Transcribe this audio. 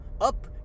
up